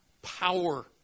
power